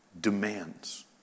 demands